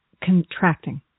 contracting